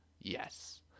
Yes